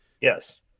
Yes